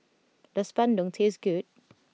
does Bandung taste good